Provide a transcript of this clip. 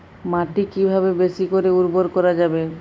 মাটি কিভাবে বেশী করে উর্বর করা যাবে?